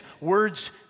words